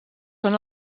són